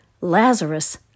Lazarus